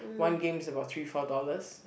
one game is about three four dollars